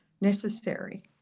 necessary